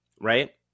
right